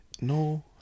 No